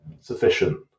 sufficient